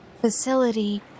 facility